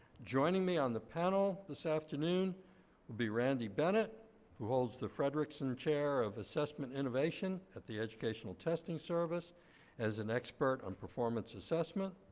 joining me on the panel this afternoon will be randy bennett who holds the frederiksen chair of assessment innovation at the educational testing service as an expert on performance assessment,